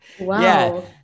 Wow